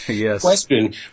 question